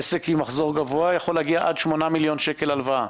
עסק עם מחזור גבוה יכול להגיע עד 8 מיליון שקל הלוואה?